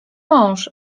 mąż